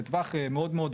לטווח מאוד מאוד ארוך,